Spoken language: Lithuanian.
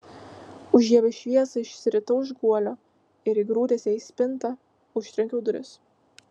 užžiebęs šviesą išsiritau iš guolio ir įgrūdęs ją į spintą užtrenkiau duris